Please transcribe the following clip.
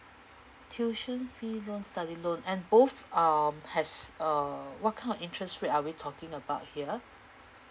tuition fee loan study loan and both um has uh what kind of interest rate are we talking about here